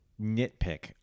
nitpick